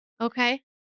Okay